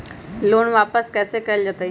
Loan के वापस कैसे कैल जतय?